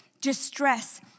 distress